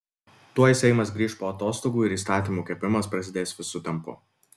tuoj seimas grįš po atostogų ir įstatymų kepimas prasidės visu tempu